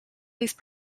these